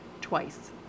twice